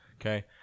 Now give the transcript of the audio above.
Okay